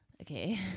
okay